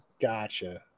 Gotcha